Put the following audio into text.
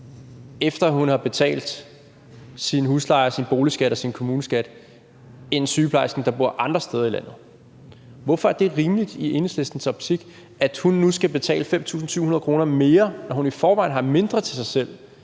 efter hun har betalt sin husleje, sin boligskat og sin kommuneskat, end sygeplejersker, der bor andre steder i landet. Hvorfor er det i Enhedslistens optik rimeligt, at hun nu skal betale 5.700 kr. mere, når hun i forvejen har mindre til sig selv,